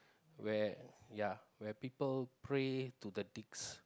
where people pray to the dicks